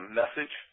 message